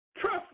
trust